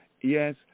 Yes